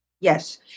Yes